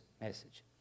message